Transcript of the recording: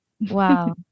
wow